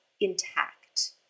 intact